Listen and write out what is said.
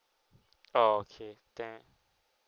okay then